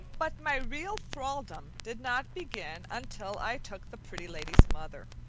but my real thraldom did not begin until i took the pretty lady's mother.